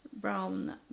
brown